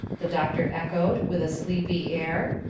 the doctor echoed, with a sleepy air.